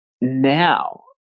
now